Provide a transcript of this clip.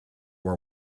war